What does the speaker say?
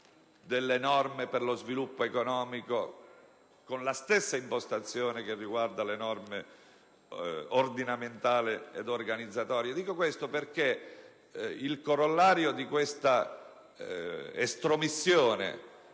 delle norme per lo sviluppo economico con la stessa impostazione che riguarda le norme ordinamentali ed organizzatorie? Il corollario dell'estromissione